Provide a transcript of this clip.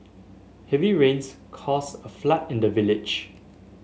heavy rains caused a flood in the village